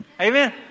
Amen